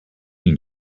mean